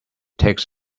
takes